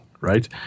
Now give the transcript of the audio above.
right